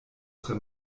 tre